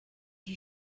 you